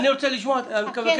אני רוצה לקבל תשובה.